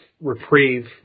reprieve